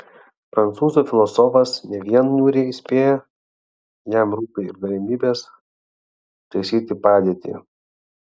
prancūzų filosofas ne vien niūriai įspėja jam rūpi ir galimybės taisyti padėtį